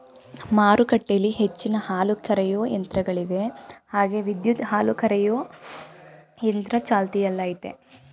ಮಾರುಕಟ್ಟೆಲಿ ಹೆಚ್ಚಿನ ಹಾಲುಕರೆಯೋ ಯಂತ್ರಗಳಿವೆ ಹಾಗೆ ವಿದ್ಯುತ್ ಹಾಲುಕರೆಯೊ ಯಂತ್ರ ಚಾಲ್ತಿಯಲ್ಲಯ್ತೆ